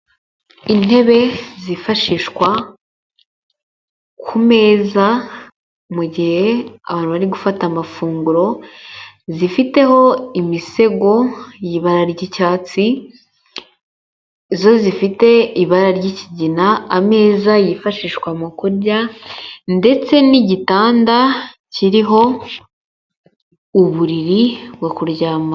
Intebe zifashishwa ku meza, mu mugihe abantu gufata amafunguro, zifiteho imisego y'ibara ry'icyatsi, zo zifite ibara ry'ikigina, ameza yifashishwa mu kurya, ndetse n'igitanda kiriho uburiri bwo kuryama.